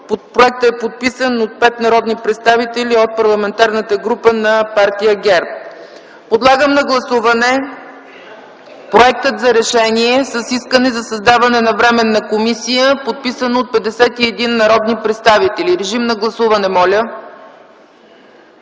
Проектът е подписан от 5 народни представители от Парламентарната група на Партия ГЕРБ. Подлагам на гласуване проекта за решение с искане за създаване на Временна комисия, подписан от 51 народни представители. Гласували